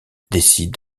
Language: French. décide